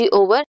over